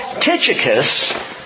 Tychicus